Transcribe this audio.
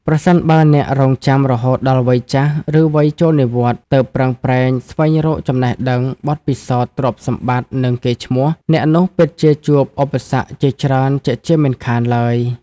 ប្រសិនបើអ្នករង់ចាំរហូតដល់វ័យចាស់ ឬវ័យចូលនិវត្តន៍ ទើបប្រឹងប្រែងស្វែងរកចំណេះដឹង បទពិសោធន៍ ទ្រព្យសម្បត្តិ និងកេរ្ដិ៍ឈ្មោះ អ្នកនោះពិតជាជួបឧបសគ្គជាច្រើនជាក់ជាមិនខានឡើយ។